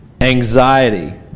anxiety